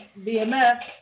BMF